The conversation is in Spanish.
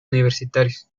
universitarios